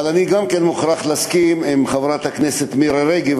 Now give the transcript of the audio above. אבל אני גם מוכרח להסכים עם חברת הכנסת מירי רגב,